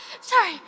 Sorry